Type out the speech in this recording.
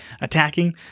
attacking